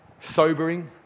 sobering